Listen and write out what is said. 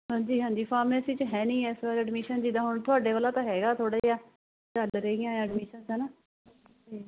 ਹਾਂਜੀ ਹਾਂਜੀ ਫਾਮੈਸੀ 'ਚ ਹੈ ਨਹੀਂ ਹੈ ਇਸ ਵਾਰ ਐਡਮਿਸ਼ਨ ਜਿਦਾਂ ਹੁਣ ਤੁਹਾਡੇ ਵੱਲੋਂ ਤਾਂ ਹੈਗਾ ਥੋੜ੍ਹਾ ਜਿਹਾ ਚੱਲ ਰਹੀਆਂ ਐਡਮਿਸ਼ਨਸ ਹੈ ਨਾ